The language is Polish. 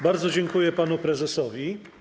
Bardzo dziękuję panu prezesowi.